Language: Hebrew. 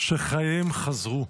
שחייהם חזרו.